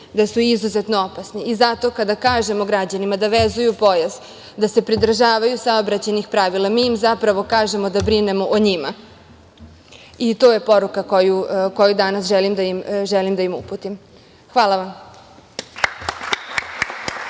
da su i izuzetno opasni. Zato kada kažemo građanima da vezuju pojas, da se pridržavaju saobraćajnih pravila, mi im zapravo kažemo da brinemo o njima. To je poruka koju danas želim da im uputim. Hvala vam.